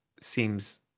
seems